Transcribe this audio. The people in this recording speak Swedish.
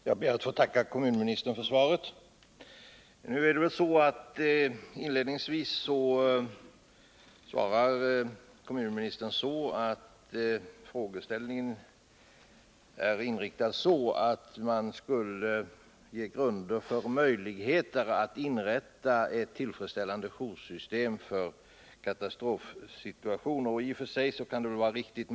Herr talman! Jag ber att få tacka kommunministern för svaret. Kommunministern sade inledningsvis att frågeställningen gäller om det finns möjligheter att inrätta ett tillfredsställande joursystem för katastrofsituationer, och i och för sig kan det vara riktigt.